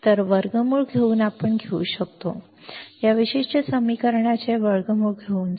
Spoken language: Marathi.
तर वर्गमूळ घेऊन आपण घेऊ शकतो या विशिष्ट समीकरणाचे वर्गमूल घेऊन